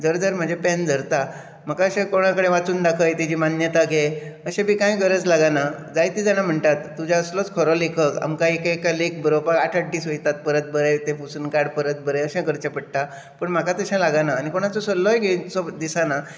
झर झर म्हजे पेन झरता म्हाका अशें कोणा कडेन वाचून दाखय तेची मान्यता घे अशें बी काय गरज लागना जायती जाणां म्हणटात तुज्या असलोच खरो लेखक आमकां एक एक लेख बरोवपाक आठ आठ दीस वयतात परत बरय ते पुसून काड परत बरय अशें करचें पडटा पण म्हाका तशें लागना आनी कोणाचो सल्लोय घेवचो सो दिसना